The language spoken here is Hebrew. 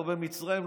לא במצרים,